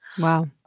Wow